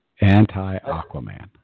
Anti-Aquaman